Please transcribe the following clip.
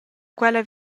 quella